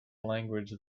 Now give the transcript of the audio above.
language